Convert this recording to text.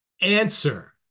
Answer